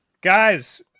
Guys